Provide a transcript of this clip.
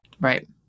Right